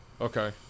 Okay